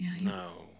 No